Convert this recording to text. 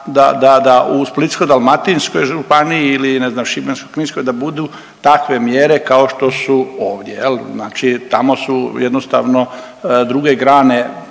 da u Splitsko-dalmatinskoj županiji ili ne znam Šibensko-kninskoj da budu takve mjere kao što su ovdje, znači tamo su jednostavno druge grane